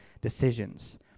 decisions